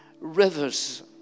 rivers